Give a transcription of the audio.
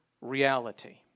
reality